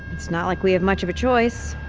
it's not like we have much of a choice.